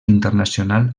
internacional